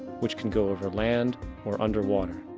which can go over land or under water.